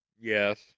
Yes